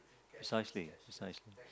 precisely precisely